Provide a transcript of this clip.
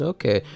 Okay